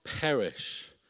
perish